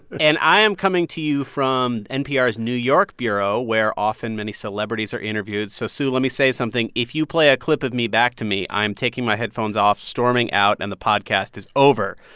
and i am coming to you from npr's new york bureau, where often, many celebrities are interviewed. so sue, let me say something. if you play a clip of me back to me, i'm taking my headphones off, storming out, and the podcast is over.